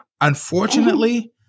Unfortunately